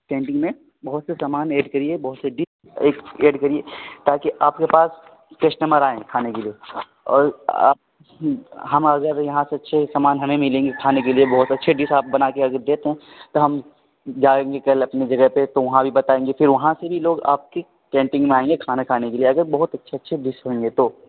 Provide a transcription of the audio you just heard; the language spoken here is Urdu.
کینٹین میں بہت سے سامان ایڈ کریے بہت سے ڈپ ایڈ ایڈ کریے تاکہ آپ کے پاس کسٹمر آئیں کھانے کے لیے اور آپ ہم اگر یہاں سے اچھے سامان ہمیں ملیں گے کھانے کے لیے بہت اچھے ڈش آپ بنا کے اگر دیتے ہیں تو ہم جائیں گے کل اپنے جگہ پہ تو وہاں بھی بتائیں گے پھر وہاں سے بھی لوگ آپ کی کینٹین میں آئیں گے کھانا کھانے کے لیے اگر بہت اچھے اچھے ڈش ہوں گے تو